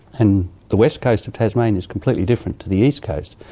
and the west coast of tasmania is completely different to the east coast,